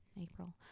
April